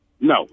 No